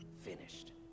finished